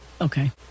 Okay